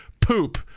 poop